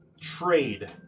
trade